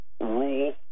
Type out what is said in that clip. rule